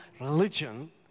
religion